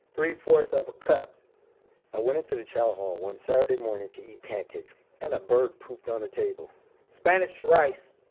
three zero four so of a cup i went into the chow hall one saturday morning to eat pancakes and a bird pooped on the table spanish rice.